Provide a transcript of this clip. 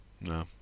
No